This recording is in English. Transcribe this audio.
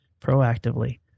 proactively